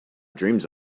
dreams